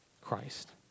Christ